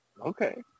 Okay